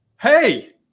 hey